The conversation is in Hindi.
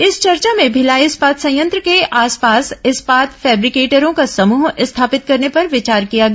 इस चर्चा में भिलाई इस्पात संयंत्र के आसपास इस्पात फैब्रिकेटरों का समूह स्थापित करने पर विचार किया गया